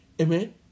Amen